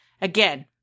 Again